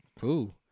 cool